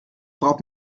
braucht